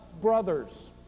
brothers